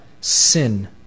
sin